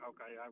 Okay